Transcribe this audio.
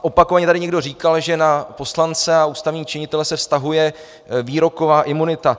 Opakovaně tady někdo říkal, že na poslance a ústavní činitele se vztahuje výroková imunita.